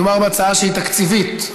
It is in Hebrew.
מדובר בהצעה שהיא תקציבית,